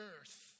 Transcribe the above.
earth